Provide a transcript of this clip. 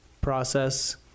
process